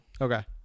Okay